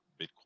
Bitcoin